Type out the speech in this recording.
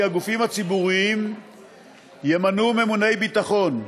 הגופים הציבוריים ימנו ממוני ביטחון,